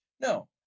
No